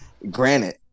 Granite